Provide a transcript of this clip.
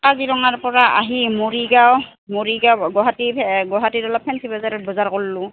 কাজিৰঙাৰ পৰা আহি মৰিগাঁও মৰিগাঁও গুৱাহাটী গুৱাহাটীত অলপ ফেঞ্চি বজাৰত বজাৰ কৰিলোঁ